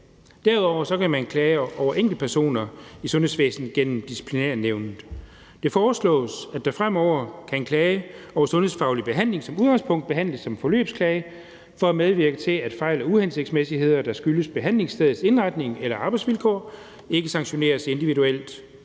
Derudover kan man klage over enkeltpersoner i sundhedsvæsenet gennem disciplinærnævnet. Det foreslås, at fremover kan en klage over sundhedsfaglig behandling som udgangspunkt behandles som en forløbsklage for at medvirke til, at fejl og uhensigtsmæssigheder, der skyldes behandlingsstedets indretning eller arbejdsvilkår, ikke sanktioneres individuelt,